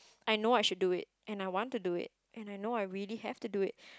I know I should do it and I want to do it and I know I really have to do it